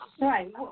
Right